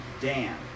Dan